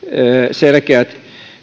selkeät